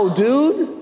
dude